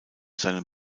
seinem